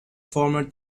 former